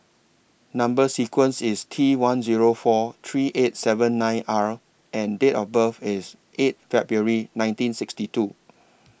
Number sequence IS T one Zero four three eight seven nine R and Date of birth IS eight February nineteen sixty two